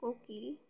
কোকিল